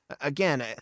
Again